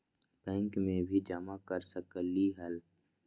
Bank में भी जमा कर सकलीहल?